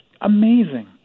amazing